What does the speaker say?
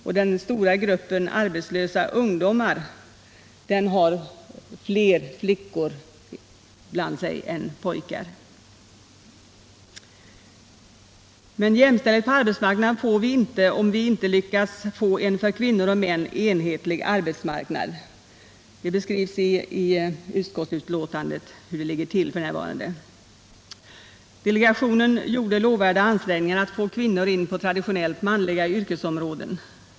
Och i den stora gruppen arbetslösa ungdomar finns det fler flickor än 27 pojkar. Men jämställdhet på arbetsmarknaden får vi inte, om vi inte lyckas få en för kvinnor och män enhetlig arbetsmarknad. I utskottsbetänkandet beskrivs hur det ligger till f. n. Delegationen gjorde lovvärda ansträngningar att få kvinnor in på traditionellt manliga yrkesområden.